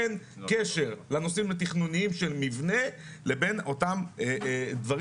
אין קשר לנושאים התכנוניים של מבנה לבין אותם דברים